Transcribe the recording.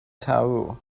tao